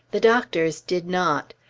the doctor's did not!